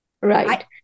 Right